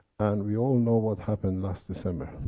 and we all know what happened last december.